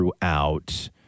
throughout